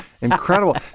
incredible